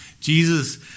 Jesus